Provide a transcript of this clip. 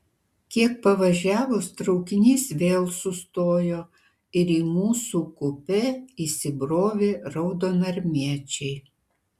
kiek pavažiavus traukinys vėl sustojo ir į mūsų kupė įsibrovė raudonarmiečiai